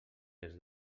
ens